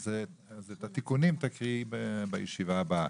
אז את התיקונים תקריאי בישיבה הבאה.